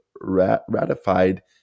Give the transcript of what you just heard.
ratified